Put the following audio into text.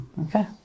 okay